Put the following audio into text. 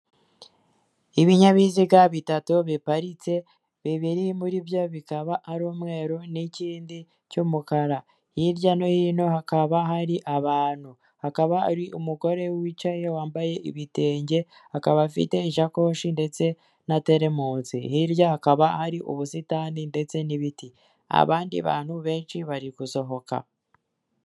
Ibunyabiziga bitatu biparitse bibiri muri byo bikaba ari umweru n'ikindi cy'umukara hirya no hino hakaba hari abantu hakaba hari umugore wicaye wambaye ibitenge akaba afite ishakoshi ndetse na teremosi hirya hakaba hari ubusitani ndetse n'ibiti abandi bantu benshi bari gusohoka.